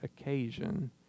occasion